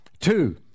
Two